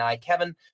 kevin